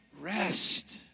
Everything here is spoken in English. rest